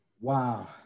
Wow